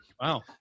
Wow